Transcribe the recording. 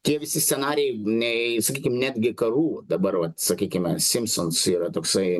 tie visi scenarijai nei sakykim netgi karų dabar vat sakykime simpsons yra toksai